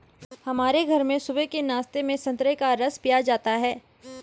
हमारे घर में सुबह के नाश्ते में संतरे का रस पिया जाता है